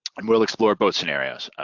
and we'll explore both scenarios.